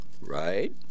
Right